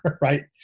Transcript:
Right